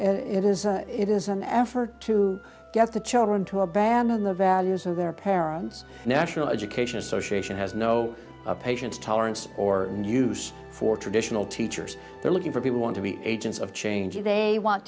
it is it is an effort to get the children to abandon the values of their parents national education association has no a patience tolerance or news for traditional teachers they're looking for people want to be agents of change or they want